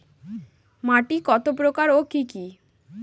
মাটি কতপ্রকার ও কি কী?